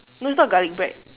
no it's not garlic bread